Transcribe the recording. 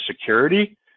security